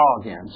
again